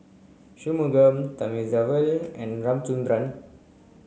Shunmugam Thamizhavel and Ramchundra